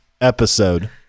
episode